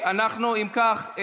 אם כך,